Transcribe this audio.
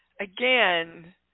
again